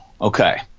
okay